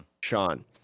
sean